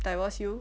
divorce you